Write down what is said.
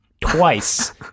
twice